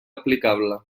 aplicable